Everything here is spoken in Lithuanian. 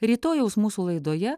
rytojaus mūsų laidoje